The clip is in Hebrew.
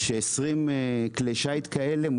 ש-20 כלי שיט כאלה,